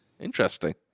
interesting